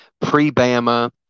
pre-Bama